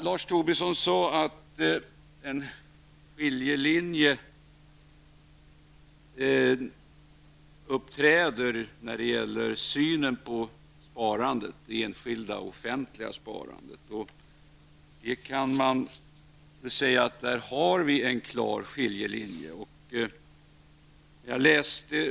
Lars Tobisson sade att det uppträder en skiljelinje när det gäller synen på sparandet, det enskilda och det offentliga sparandet. Man kan nog säga att vi där har en klar skiljelinje.